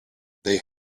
they